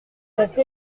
cette